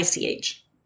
ICH